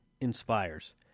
inspires